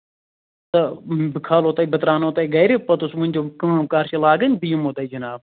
تہٕ بہٕ کھالو تۄہہِ بہٕ ترٛاوناوَو تۄہہِ گرِ پوٚتُس ؤنۍ زیٚو کٲم کر چھِ لاگٔنۍ بہٕ یِمو تۄہہِ جِناب